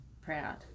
proud